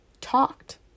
talked